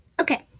Okay